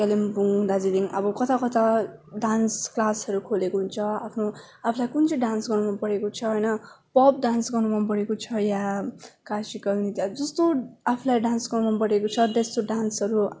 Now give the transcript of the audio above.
कालिम्पोङ दार्जिलिङ अब कता कता डान्स क्लासहरू खोलेको हुन्छ आफ्नो आफूलाई कुन चाहिँ डान्स गर्नु मन परेको छ होइन पप डान्स गर्नु मन परेको छ या क्लासिकल नृत्य अब जस्तो आफूलाई डान्स गर्नु मन परेको छ त्यस्तो डान्सहरू